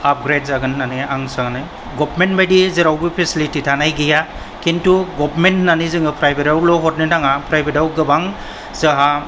upgrade जागोन होननानै आं सानो गवार्नमेन्ट बायदि जेरावबो फेसिलिटि थानाय गैया किन्तु गवार्नमेन्ट होननानै जोङो प्राइवेटावल' हरनो नाङा प्राइवेटाव गोबां जोंहा